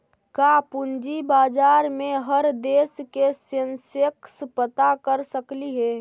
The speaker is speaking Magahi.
का पूंजी बाजार में हर देश के सेंसेक्स पता कर सकली हे?